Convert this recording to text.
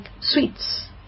sweets